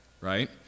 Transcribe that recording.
right